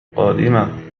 قادمة